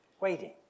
Waiting